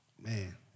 Man